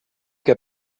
què